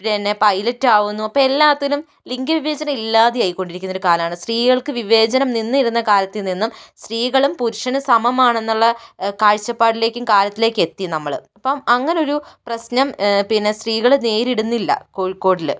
പിന്നെ പൈലറ്റാവുന്നു അപ്പോൾ എല്ലാത്തിലും ലിംഗ വിവേചനം ഇല്ലാതെയായിക്കൊണ്ടിരിക്കുന്ന ഒരു കാലമാണ് സ്ത്രീകള്ക്ക് വിവേചനം നിന്നിരുന്ന കാലത്ത് നിന്നും സ്ത്രീകളും പുരുഷന് സമമാണെന്നുള്ള കാഴ്ചപ്പാടിലേക്കും കാലത്തിലേക്കും എത്തി നമ്മള് അപ്പം അങ്ങനെ ഒരു പ്രശ്നം പിന്നെ സ്ത്രീകള് നേരിടുന്നില്ല കോഴിക്കോടില്